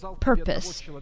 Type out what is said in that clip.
purpose